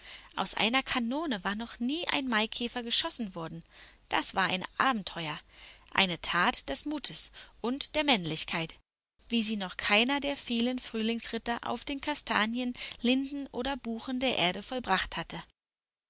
aus einer kanone war noch nie ein maikäfer geschossen worden das war ein abenteuer eine tat des mutes und der männlichkeit wie sie noch keiner der vielen frühlingsritter auf den kastanien linden oder buchen der erde vollbracht hatte